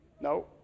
No